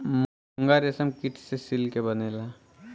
मूंगा रेशम कीट से सिल्क से बनेला